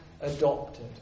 adopted